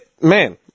Man